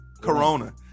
Corona